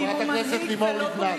חברת הכנסת לימור לבנת.